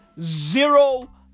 zero